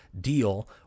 deal